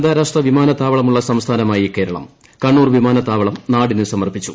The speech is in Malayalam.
രാജ്യത്ത് നാല് അന്താരാഷ്ട്ര വിമാനത്താവളമുള്ള സംസ്ഥാനമായി കേരളം കണ്ണൂർ വിമാനത്താവളം നാടിന് സമർപ്പിച്ചു